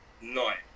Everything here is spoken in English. night